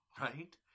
Right